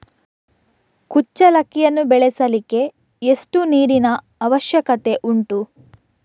ಕುಚ್ಚಲಕ್ಕಿಯನ್ನು ಬೆಳೆಸಲಿಕ್ಕೆ ಎಷ್ಟು ನೀರಿನ ಅವಶ್ಯಕತೆ ಉಂಟು?